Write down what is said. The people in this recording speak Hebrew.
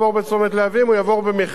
שעוד נחליט איך קוראים לו בהמשך,